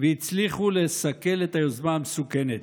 והצליחו לסכל את היוזמה המסוכנת.